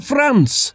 France